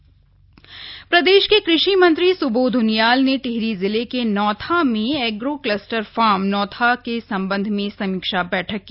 कषि मंत्री प्रदेश के कृषि मंत्री स्बोध उनियाल ने टिहरी जिले के नौथा में एग्रो क्लस्टर फार्म नौथा के सम्बन्ध में समीक्षा बैठक की